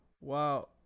Wow